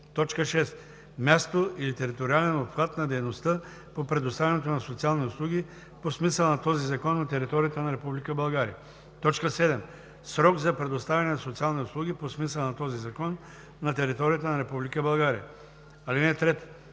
6. място или териториален обхват на дейността по предоставянето на социални услуги по смисъла на този закон на територията на Република България; 7. срок за предоставяне на социални услуги по смисъла на този закон на територията на Република